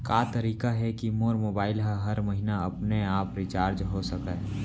का तरीका हे कि मोर मोबाइल ह हर महीना अपने आप रिचार्ज हो सकय?